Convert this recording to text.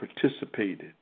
participated